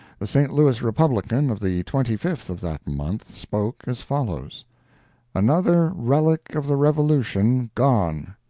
the st. louis republican of the twenty fifth of that month spoke as follows another relic of the revolution gone.